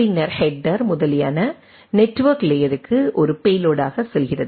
பின்னர் ஹெட்டர் முதலியன நெட்வொர்க் லேயருக்கு ஒரு பேலோடாக செல்கிறது